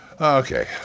Okay